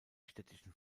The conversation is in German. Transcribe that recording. städtischen